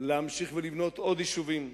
להמשיך לבנות עוד יישובים,